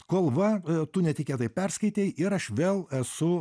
kol va tu netikėtai perskaitei ir aš vėl esu